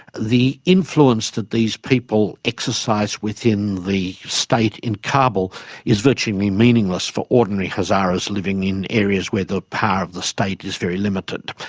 the influence that these people exercise within the state in kabul is virtually meaningless for ordinary hazaras living in areas where the power of the state is very limited.